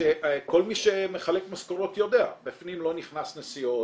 שכל מי שמחלק משכורות יודע בפנים לא נכנס נסיעות,